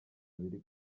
biri